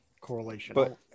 correlation